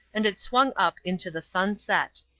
and it swung up into the sunset.